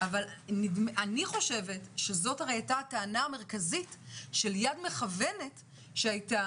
אבל אני חושבת שזאת הרי הייתה הטענה המרכזית של יד מכוונת שהייתה